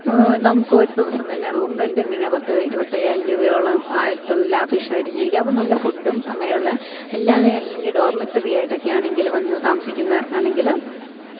നമുക്ക് ഒരു ദിവസം തന്നെ റൂം റെൻ്റിന് തന്നെ പത്ത് ഇരുപത്തയ്യായിരം രൂപയോളം ലാഫിഷ് ആയിട്ട് ജീവിക്കാം അപ്പം നല്ല ഫുഡും അങ്ങനെയുള്ള അല്ലാതെ അല്ലെങ്കിൽ ഡോമിറ്ററി ആയിട്ടൊക്കെ ആണെങ്കിൽ വന്ന് താമസിക്കുന്നവർക്ക് ആണെങ്കിൽ